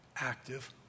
active